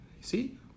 See